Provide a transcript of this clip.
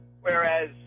Whereas